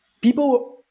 people